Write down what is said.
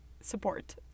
support